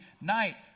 night